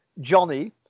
Johnny